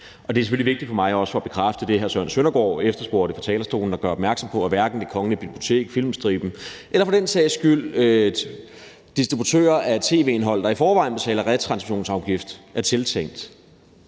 Det er selvfølgelig vigtigt for mig, også for at bekræfte det, hr. Søren Søndergaard efterspurgte fra talerstolen, at gøre opmærksom på, at hverken Det Kongelige Bibliotek, Filmstriben eller for den sags skyld distributører af tv-indhold, der i forvejen betaler retransmissionsafgift, er tiltænkt